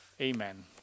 Amen